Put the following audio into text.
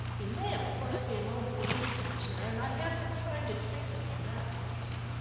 he may, of course, be an old police pensioner, and i have been trying to trace him from that source.